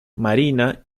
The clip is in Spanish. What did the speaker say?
marina